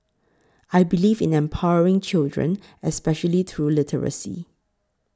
I believe in empowering children especially through literacy